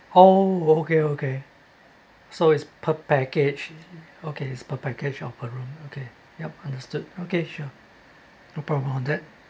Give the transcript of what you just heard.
oh okay okay so is per package okay is per package of per room okay yup understood okay sure no problem on that